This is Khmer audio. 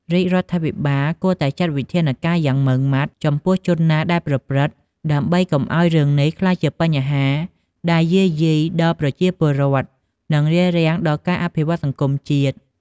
រាជរដ្ឋាភិបាលគួតែចាត់វិធានការយ៉ាងម៉ឺងម៉ាត់ចំពោះជនណាដែលប្រព្រឹត្ដិ ដើម្បីកុំឲ្យរឿងនេះក្លាយជាបញ្ហាដែលយាយីដល់ប្រជាពលរដ្ឋ នឹងរារាំងដល់ការអភិវឌ្ឍន៍សង្គមជាតិ។